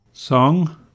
Song